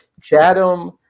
Chatham